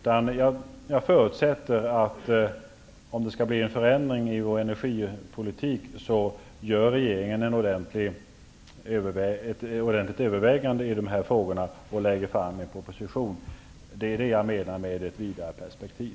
Om energipolitiken skall förändras, förutsätter jag att regeringen gör ett ordentligt övervägande och sedan lägger fram en proposition. Det är vad jag menar med ett vidare perspektiv.